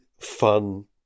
fun